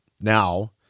Now